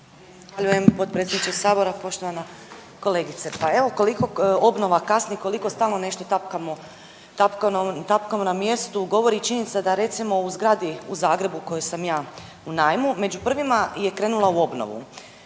Hvala potpredsjedniče Sabora, poštovana kolegice. Pa evo koliko obnova kasni, koliko stalno nešto tapkamo na mjestu govori činjenica da recimo u zgrada u Zagrebu u kojoj sam ja u najmu među prvima je krenula u obnovu.